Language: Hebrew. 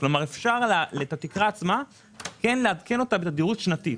כלומר את התקרה עצמה אפשר לעדכן בתדירות שנתית.